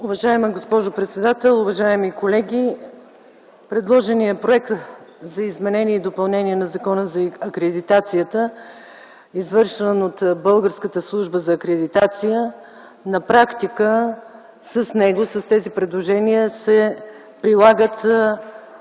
Уважаема госпожо председател, уважаеми колеги! С предложения Законопроект за изменение и допълнение на Закона за акредитацията, извършвана от Българската служба за акредитация, на практика се прилага